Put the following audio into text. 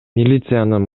милициянын